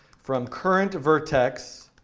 from current vertex